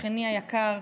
שכני היקר,